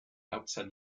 outside